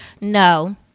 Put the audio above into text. No